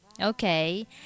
Okay